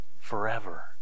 Forever